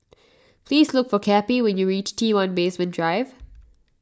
please look for Cappie when you reach T one Basement Drive